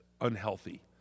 unhealthy